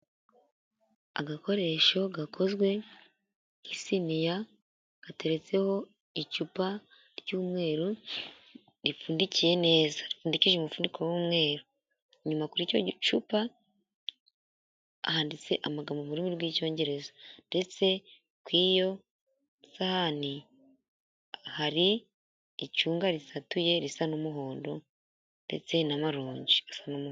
Agakoresho gakozwe isiniya gateretseho icupa ry'umweru ripfundikiye neza ndetse umufuniko w'umweru, inyuma kuri icyo gicupa handitse amagambo mu rurimi rw'icyongereza, ndetse kw'iyo sahani hari icunga risatuye risa n'umuhondo ndetse n'amaronji.